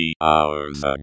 hours